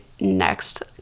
next